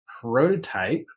prototype